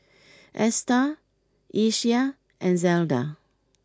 Esta Ieshia and Zelda